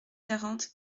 quarante